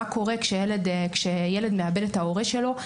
מה קורה כשילד מאבד את ההורה שלו,